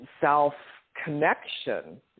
self-connection